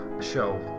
show